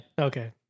Okay